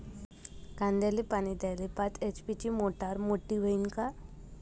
कांद्याले पानी द्याले पाच एच.पी ची मोटार मोटी व्हईन का?